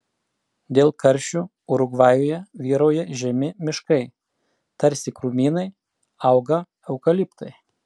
dėl karščių urugvajuje vyrauja žemi miškai tarsi krūmynai auga eukaliptai